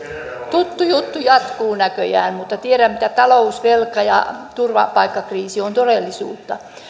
tuttu juttu jatkuu näköjään mutta tiedämme että talous velka ja turvapaikkakriisi ovat todellisuutta